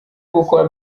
gukwa